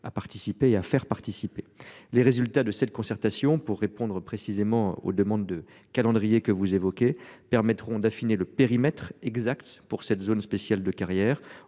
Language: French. participer à faire participer les résultats de cette concertation, pour répondre précisément aux demandes de calendrier que vous évoquez permettront d'affiner le périmètre exact pour cette zone spéciale de carrière au